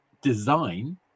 design